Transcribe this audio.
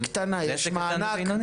₪, עם עד 100 עובדים, זה עסק קטן או בינוני.